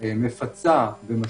מפצה במשבר,